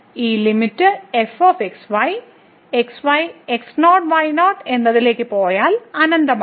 ഈ limit f x y x y x 0 y 0 എന്നതിലേക്ക് പോയാൽ അനന്തമാണ്